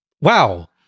Wow